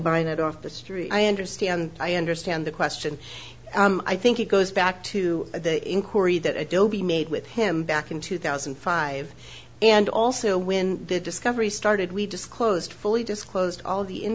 buying it off the street i understand i understand the question i think it goes back to the inquiry that adobe made with him back in two thousand and five and also when the discovery started we disclosed fully disclosed all of the